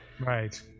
right